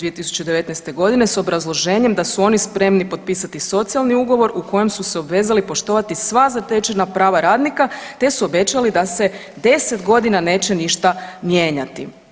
2019. g. s obrazloženjem da su oni spremni potpisati socijalni ugovor u kojem su se obvezali poštovati sva zatečena prava radnika te su obećali da se 10 godina neće ništa mijenjati.